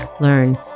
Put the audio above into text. learn